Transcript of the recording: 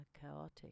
chaotic